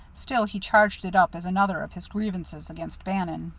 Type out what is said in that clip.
still he charged it up as another of his grievances against bannon.